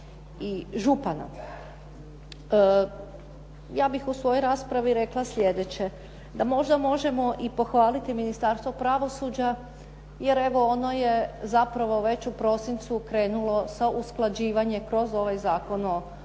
i župana. Ja bih u svojoj raspravi rekla slijedeće, da možda možemo i pohvaliti Ministarstvo pravosuđa jer evo ono je zapravo već u prosincu krenulo sa usklađivanjem kroz ovaj Zakon o